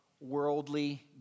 worldly